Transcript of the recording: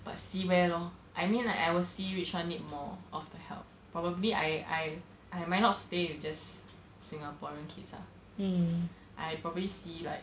but see where lor I mean like I will see which one need more of the help probably I I I might not stay with just singaporean kids ah I probably see right